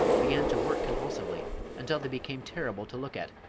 began to work convulsively until they became terrible to look at,